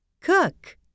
cook